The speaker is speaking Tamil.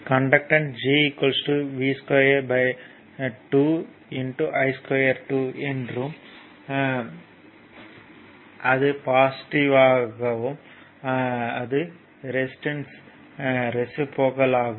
கண்டக்டன்ஸ் G V2 I2 என்றும் அது பாசிட்டிவ்வாகவும் அது ரெசிஸ்டன்ஸ்யின் ரெசிபிரோகல் ஆகும்